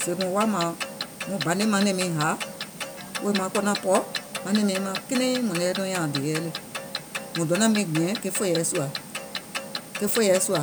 Sèè mùŋ woà mààŋ muŋ banè manɛ̀ŋ miiŋ hàa wèè maŋ go nàŋ pɔɔ̀, manɛ̀ŋ miiŋ kinɛiŋ mùŋ naŋ yɛi nɔŋ nyȧȧŋ dèè le, mùŋ donàŋ miŋ gbìɛ̀ŋ ke fòìɛ sùà, ke fòìɛ sùà